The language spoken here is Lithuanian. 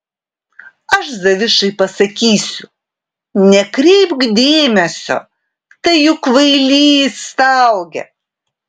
aš zavišai pasakysiu nekreipk dėmesio tai juk kvailys staugia